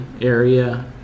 area